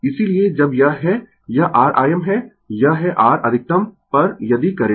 इसीलिए जब यह है यह r Im है यह है r अधिकतम पर यदि करंट